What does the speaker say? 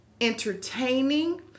entertaining